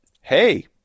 hey